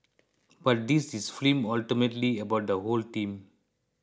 but this is film ultimately about the whole team